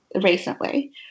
recently